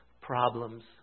problems